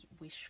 wish